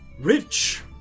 Rich